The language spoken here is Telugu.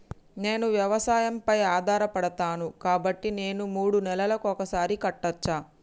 నేను వ్యవసాయం పై ఆధారపడతాను కాబట్టి నేను మూడు నెలలకు ఒక్కసారి కట్టచ్చా?